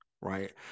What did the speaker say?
right